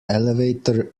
elevator